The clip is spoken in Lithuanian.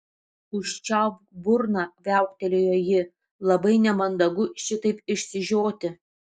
užčiaupk burną viauktelėjo ji labai nemandagu šitaip išsižioti